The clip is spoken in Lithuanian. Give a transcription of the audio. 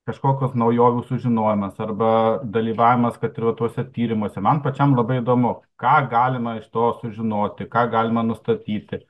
kažkokios naujovių sužinojimas arba dalyvavimas kad ir tuose tyrimuose man pačiam labai įdomu ką galima iš to sužinoti ką galima nustatyti